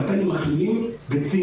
קמפיינים מכלילים וציניים.